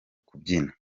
kubyina